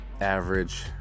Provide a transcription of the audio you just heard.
average